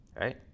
right